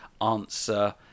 answer